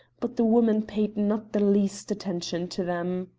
but the woman paid not the least attention to them.